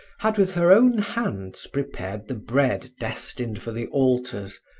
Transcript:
had with her own hands prepared the bread destined for the alters,